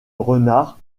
renard